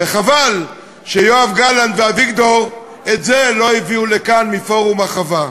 וחבל שיואב גלנט ואביגדור את זה לא הביאו לכאן מפורום החווה.